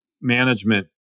management